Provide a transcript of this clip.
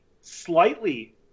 slightly